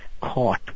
caught